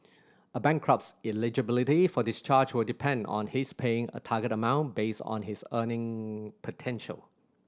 a bankrupt's eligibility for discharge will depend on his paying a target amount based on his earning potential